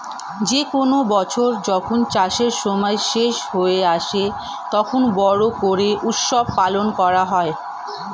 যে কোনো বছর যখন চাষের সময় শেষ হয়ে আসে, তখন বড়ো করে উৎসব পালন করা হয়